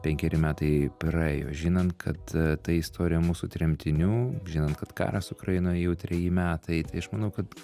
penkeri metai praėjo žinant kad ta istorija mūsų tremtinių žinant kad karas ukrainoje jau treji metai tai aš manau kad